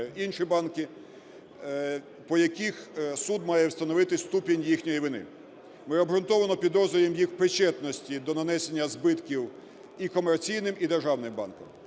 інші банки, по яких суд має встановити ступінь їхньої вини. Ми обґрунтовано підозрюємо їх в причетності до нанесення збитків і комерційним, і державним банкам.